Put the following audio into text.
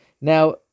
Now